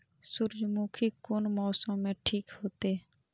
सूर्यमुखी कोन मौसम में ठीक होते?